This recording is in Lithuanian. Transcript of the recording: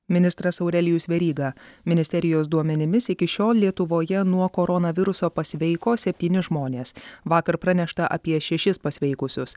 ministras aurelijus veryga ministerijos duomenimis iki šiol lietuvoje nuo koronaviruso pasveiko septyni žmonės vakar pranešta apie šešis pasveikusius